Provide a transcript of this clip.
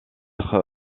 être